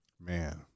Man